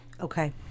Okay